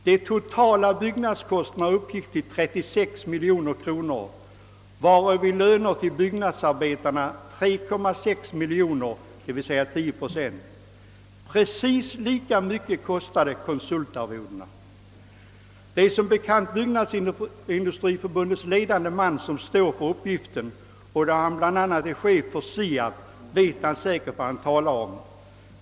Den totala byggnadskostnaden uppgick till 36 miljoner kronor, varav i löner till byggnadsarbetarna 3,6 miljoner, d.v.s. 10 procent. Precis lika mycket kostade konsultarvodena. Det är som bekant Byggnadsindustriförbundets ledande man som står för uppgiften, och då han bl.a. är chef för SIAB vet han säkert vad han talar om.